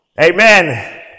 Amen